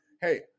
hey